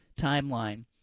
timeline